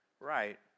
right